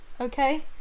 okay